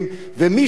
ומישהו,